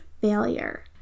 failure